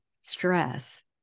stress